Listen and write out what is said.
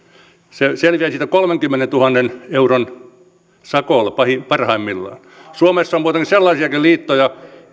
se selviää siitä kolmenkymmenentuhannen euron sakolla parhaimmillaan suomessa on muuten sellaisiakin liittoja